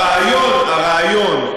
הרעיון,